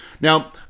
Now